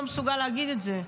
לא מסוגל להגיד את זה?